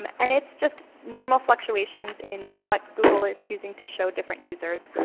and it's just normal fluctuations in what google is choosing to show different users.